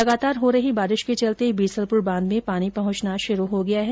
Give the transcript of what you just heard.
लगातार हो रही बारिश के चलते बीसलपुर बांध में पानी पहंचना शुरू हो गया है